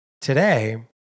Today